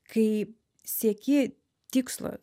kai sieki tikslo